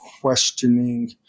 questioning